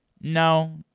no